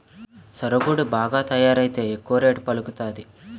సరుగుడు బాగా తయారైతే ఎక్కువ రేటు పలుకుతాది